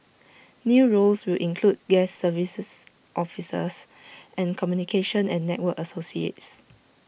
new roles will include guest services officers and communication and network associates